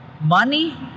money